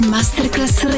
Masterclass